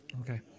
Okay